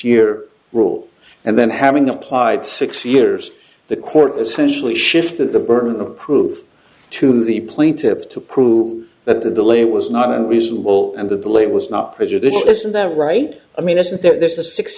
year rule and then having applied six years the court essentially shifted the burden of proof to the plaintiffs to prove that the delay was not unreasonable and the delay was not prejudicial isn't that right i mean as if there's a six